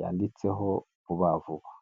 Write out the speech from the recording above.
yanditseho vuba vuba.